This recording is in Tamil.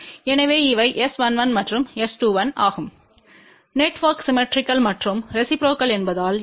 எனவே இவை S11மற்றும் S21 ஆகும் நெட்வொர்க் சிம்மெட்ரிக்கல் மற்றும் ரெசிப்ரோக்கல் என்பதால்